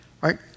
right